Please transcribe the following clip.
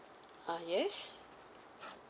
uh yes